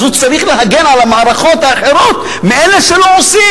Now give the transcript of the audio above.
אז הוא צריך להגן על המערכות האחרות מאלה שלא עושים.